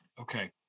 Okay